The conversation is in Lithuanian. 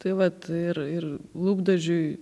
tai vat ir ir lūpdažiui